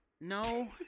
no